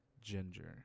ginger